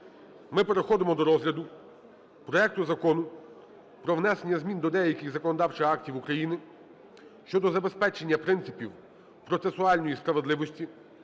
ми переходимо до розгляду проекту Закону про внесення змін до деяких законодавчих актів України щодо забезпечення принципів процесуальної справедливості